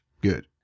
good